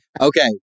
Okay